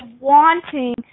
wanting